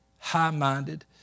high-minded